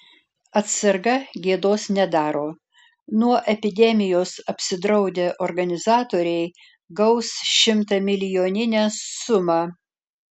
atsarga gėdos nedaro nuo epidemijos apsidraudę organizatoriai gaus šimtamilijoninę sumą